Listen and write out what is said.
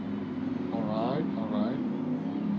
alright alright